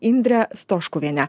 indrę stoškuvienę